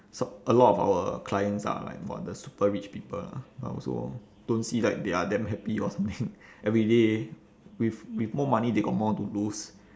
so a lot of our clients are like !wah! the super rich people but also don't see like they are damn happy or something every day with with more money they got more to lose